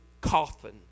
coffin